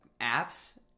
apps